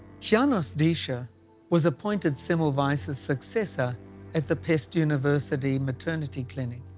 janos diescher was appointed semmelweis' ah successor at the pest university maternity clinic.